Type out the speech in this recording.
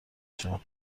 جان